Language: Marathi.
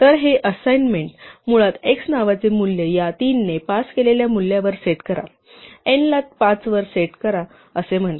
तर हे असाइनमेंट मुळात x नावाचे मूल्य या 3 ने पास केलेल्या मूल्यावर सेट करा n ला 5 वर सेट करा असे म्हणते